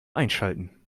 einschalten